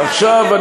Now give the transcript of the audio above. עכשיו,